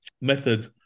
method